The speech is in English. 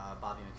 Bobby